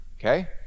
okay